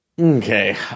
Okay